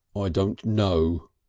i don't know,